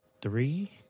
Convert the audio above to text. three